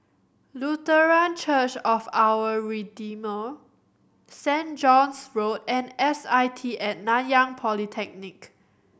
Lutheran Church of Our Redeemer Saint John's Road and S I T At Nanyang Polytechnic